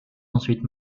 ensuite